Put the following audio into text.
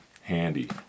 Handy